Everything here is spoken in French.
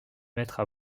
mettre